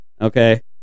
Okay